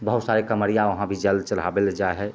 बहुत सारे कमरिया वहाँ भी जल चढ़ाबेला जाइ है